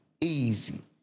easy